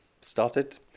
started